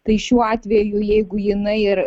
tai šiuo atveju jeigu jinai ir